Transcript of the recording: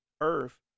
earth